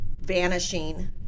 vanishing